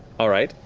all right.